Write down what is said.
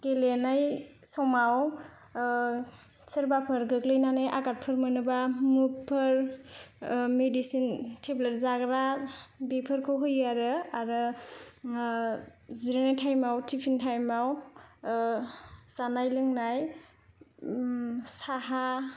गेलेनाय समाव सोरबाफोर गोग्लैनानै आघाटफोर मोनोब्ला मुभफोर मेडिसिन टेब्लेट जाग्रा बेफोरखौ होयो आरो आरो जिरायनाय टाइमाव टिफिन 'टाइमाव जानाय लोंनाय साहा